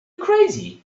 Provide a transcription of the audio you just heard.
crazy